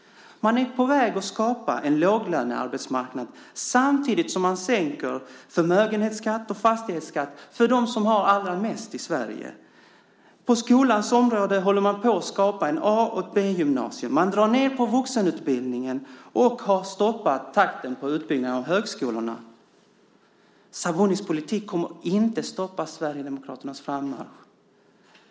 Man är på väg att skapa en låglönearbetsmarknad samtidigt som man sänker förmögenhetsskatt och fastighetsskatt för dem som har allra mest i Sverige. På skolans område skapar man ett A och ett B-gymnasium. Man drar ned på vuxenutbildningen och har stoppat takten på utbildning i högskolorna. Sabunis politik kommer inte att stoppa Sverigedemokraternas frammarsch.